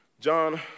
John